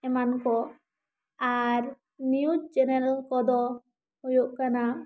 ᱮᱢᱟᱱ ᱠᱚ ᱟᱨ ᱱᱤᱭᱩᱡᱽ ᱪᱮᱱᱮᱞ ᱠᱚ ᱫᱚ ᱦᱩᱭᱩᱜ ᱠᱟᱱᱟ